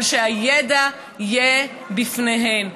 אבל שהידע יהיה בפניהן,